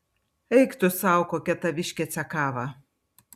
eik tu sau kokia taviškė cekava